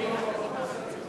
חברת הכנסת רוזין,